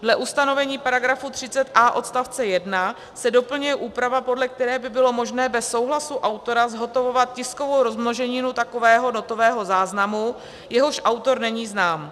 Dle ustanovení § 30a odst. 1 se doplňuje úprava, podle které by bylo možné bez souhlasu autora zhotovovat tiskovou rozmnoženinu takového notového záznamu, jehož autor není znám.